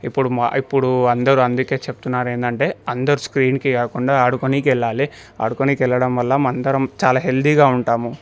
ఇప్పుడు మా ఇప్పుడు అందరూ అందుకే చెప్తున్నారు ఏంటంటే అందరు స్క్రీన్కి కాకుండా ఆడుకోనీకే వెళ్ళాలి ఆడుకోనీకి వెళ్ళడం వల్ల మనందరం చాలా హెల్దీగా ఉంటాము